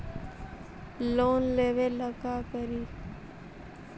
Loan लेबे ला का करि?